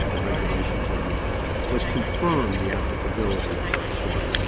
the regulations, or the was confirm the applicability of sorna,